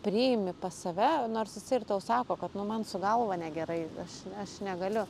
priimi pas save nors jisai ir tau sako kad nu man su galva negerai aš aš negaliu